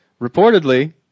reportedly